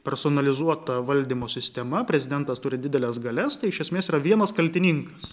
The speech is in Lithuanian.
personalizuota valdymo sistema prezidentas turi dideles galias tai iš esmės yra vienas kaltininkas